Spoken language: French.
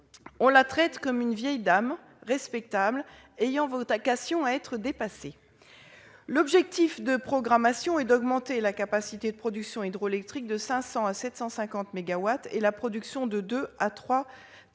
On la traite comme une vieille dame respectable ayant vocation à être dépassée. L'objectif de programmation est d'augmenter la capacité de production hydroélectrique de 500 à 750 mégawatts et la production de 2 à 3